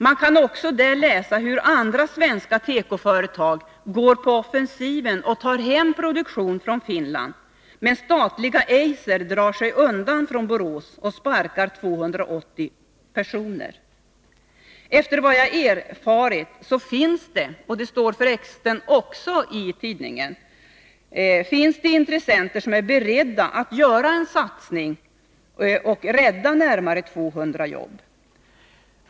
Man kan också där läsa om hur andra svenska tekoföretag går på offensiven och tar hem produktion från Finland, medan statliga Eiser drar sig undan från Borås och sparkar 280 personer. Efter vad jag har erfarit finns det — och det står förresten också i tidningen — intressenter som är beredda att göra en satsning och rädda närmare 200 jobb.